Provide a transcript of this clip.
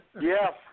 Yes